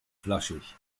flaschig